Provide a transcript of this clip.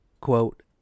quote